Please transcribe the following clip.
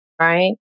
right